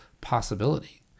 possibility